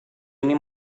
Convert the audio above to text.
ini